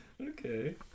okay